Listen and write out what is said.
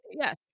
yes